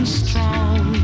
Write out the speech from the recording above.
strong